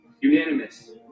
Unanimous